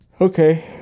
Okay